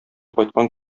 кайткан